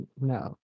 no